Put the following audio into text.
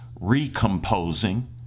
Recomposing